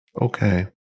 okay